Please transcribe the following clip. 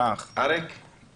אפשר להעלות אותו?